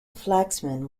flaxman